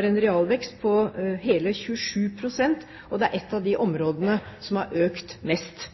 en realvekst på hele 27 pst., og det er ett av de områdene som har økt mest.